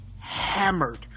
hammered